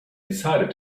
decided